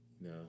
No